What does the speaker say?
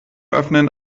öffnen